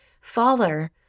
Father